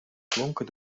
klonken